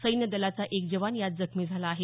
सैन्य दलाचा एक जवान यात जखमी झाला आहे